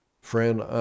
friend